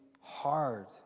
hard